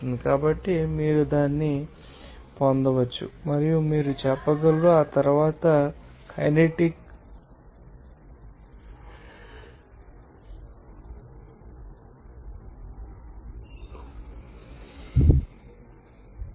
కాబట్టి మీరు దాన్ని పొందవచ్చు మరియు మీరు చెప్పగలరు ఆ తర్వాత మీరు కైనెటిక్ ని తెలుసుకోవాలి